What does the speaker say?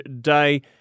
Day